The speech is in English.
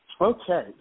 Okay